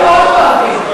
מאוד כואבים.